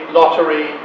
lottery